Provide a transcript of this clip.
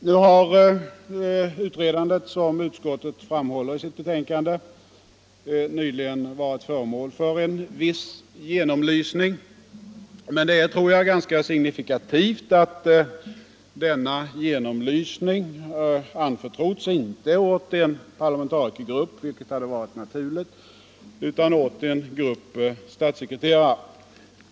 Nu har utredningsväsendet, som utskottet framhåller i sitt betänkande, nyligen varit föremål för en viss genomlysning men det är, tror jag, ganska signifikativt att denna genomlysning har anförtrotts inte åt en parlamentarikergrupp, vilket hade varit naturligt, utan åt en grupp statssekreterare.